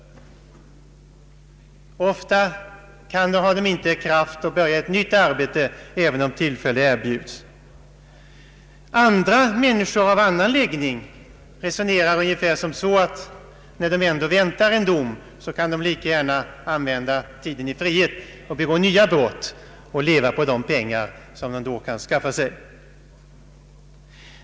Ofta har de inte kraft att börja ett nytt arbete även om tillfälle erbjuds. Andra människor av annan läggning resonerar ungefär som så, att när de ändå väntar en dom kan de lika gärna använda tiden i frihet till att begå nya brott och leva på de pengar de då kan skaffa sig.